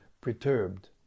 perturbed